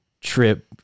trip